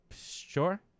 sure